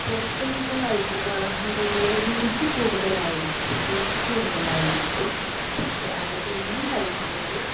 പുറത്ത് നിന്ന് കഴിക്കുന്ന ആഹരങ്ങള് രുചി കൂടുതലായിരിക്കും രുചി കൂടുതലായിരിക്കും പക്ഷെ അത് എന്നും കഴിക്കുന്നത്